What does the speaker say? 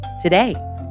today